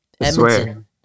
Edmonton